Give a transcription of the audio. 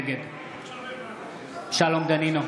נגד שלום דנינו,